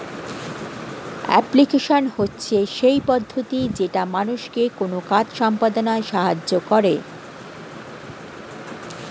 application হচ্ছে সেই পদ্ধতি যেটা মানুষকে কোনো কাজ সম্পদনায় সাহায্য করে